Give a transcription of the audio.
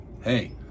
Hey